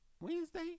Wednesday